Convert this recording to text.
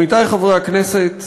עמיתי חברי הכנסת,